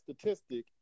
statistic